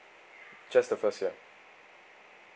just the first year